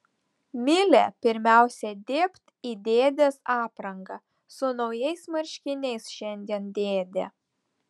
milė pirmiausia dėbt į dėdės aprangą su naujais marškiniais šiandien dėdė